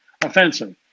offensive